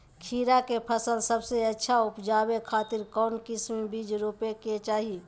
खीरा के फसल सबसे अच्छा उबजावे खातिर कौन किस्म के बीज रोपे के चाही?